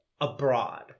abroad